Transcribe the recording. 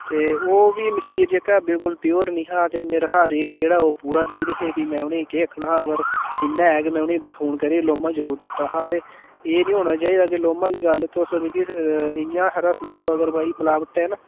ते ओह् प्ही मखीर जेह्का बिलकुल प्योर निं हा ते मेरे शा रेट जेह्ड़ा ओह् पूरा लेई दे हे प्ही में उ'नें ई केह् आखना हा पर इन्ना ऐ कि में उ'नें ई फोन करियै लाह्मां जरूर दित्ता हा ते एह् निं होना चाहिदा कि लाह्मां आह्ली गल्ल तुस मिगी इन्ना हारा सनाई ओड़ो अगर भाई मलावट ऐ ना